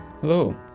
Hello